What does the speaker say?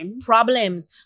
problems